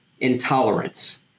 intolerance